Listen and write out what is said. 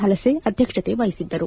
ಹಲಸೆ ಅಧ್ಯಕ್ಷತೆ ವಹಿಸಿದ್ದರು